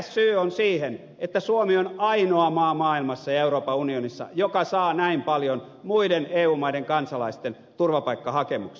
mikäs on syy siihen että suomi on ainoa maa maailmassa ja euroopan unionissa joka saa näin paljon muiden eu maiden kansalaisten turvapaikkahakemuksia